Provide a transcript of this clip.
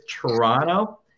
Toronto